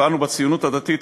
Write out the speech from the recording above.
ואנו בציונות הדתית,